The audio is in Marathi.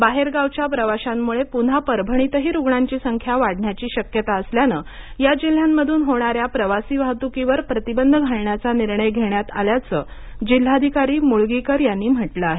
बाहेरगावच्या प्रवाशांमुळे पुन्हा परभणीतही रुग्णांची संख्या वाढण्याची शक्यता असल्यानं या जिल्ह्यांमधून होणाऱ्या प्रवासी वाहतुकीवर प्रतिबंध घालण्याचा निर्णय घेण्यात आल्याचं मुगळीकर यांनी म्हटलं आहे